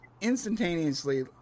instantaneously